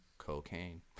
cocaine